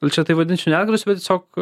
gal čia tai vadinčiau ne atgarsiu bet tiesiog